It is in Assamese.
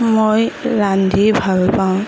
মই ৰান্ধি ভালপাওঁ